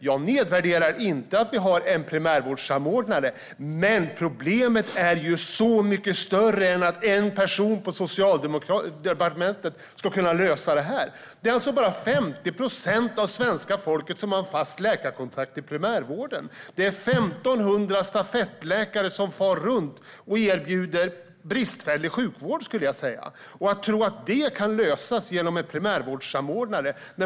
Jag nedvärderar inte att vi har en primärvårdssamordnare, men problemet är ju så mycket större än att en person på Socialdepartementet ska kunna lösa det. Det är bara 50 procent av det svenska folket som har en fast läkarkontakt i primärvården. Det är 1 500 stafettläkare som far runt och erbjuder bristfällig sjukvård. Man tror nu att dessa problem kan lösas genom en primärvårdssamordnare.